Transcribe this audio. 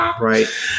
right